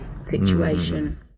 situation